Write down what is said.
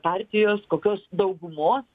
partijos kokios daugumos